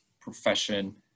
profession